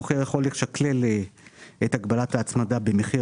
המוכר יכול לשקלל את הגבלת ההצמדה במחיר